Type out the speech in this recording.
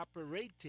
operating